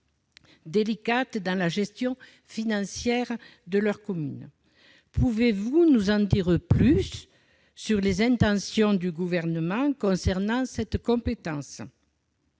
délicate dans la gestion financière de leur commune. Pouvez-vous nous en dire plus sur les intentions du Gouvernement concernant cette compétence ?